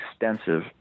extensive